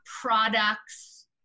products